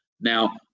now